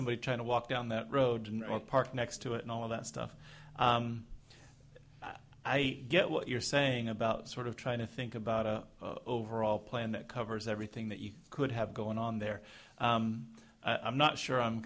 somebody trying to walk down that road or park next to it and all that stuff i get what you're saying about sort of trying to think about overall plan that covers everything that you could have going on there i'm not sure i'm